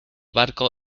barco